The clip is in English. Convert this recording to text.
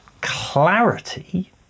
clarity